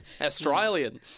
Australian